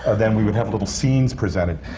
ah then we would have little scenes presented.